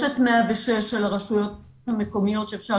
יש את 106 של הרשויות המקומיות שאפשר